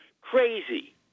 Crazy